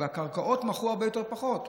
בקרקעות מכרו הרבה פחות.